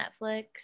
Netflix